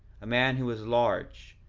a man who was large,